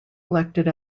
elected